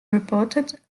reported